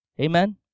Amen